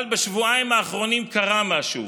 אבל בשבועיים האחרונים קרה משהו,